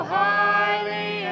highly